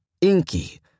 Inky